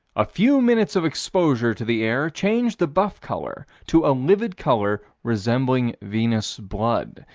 a few minutes of exposure to the air changed the buff color to a livid color resembling venous blood.